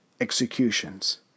executions